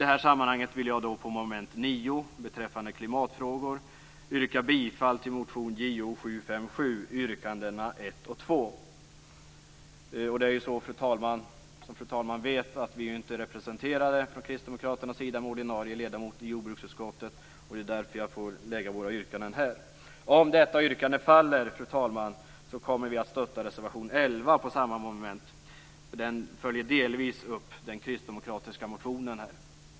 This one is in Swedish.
I detta sammanhang vill jag under mom. 9 beträffande klimatfrågor yrka bifall till motion Jo757, yrkandena 1 och 2. Som fru talman vet är kristdemokraterna inte representerade med ordinarie ledamot i jordbruksutskottet. Det är därför jag får framställa våra yrkanden här.